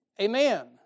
Amen